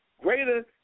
greater